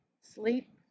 Sleep